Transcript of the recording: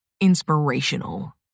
inspirational